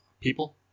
people